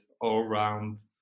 all-round